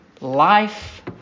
life